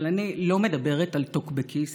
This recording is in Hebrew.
אבל אני לא מדברת על טוקבקיסטים.